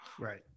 right